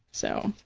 so.